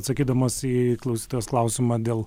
atsakydamas į klausytojos klausimą dėl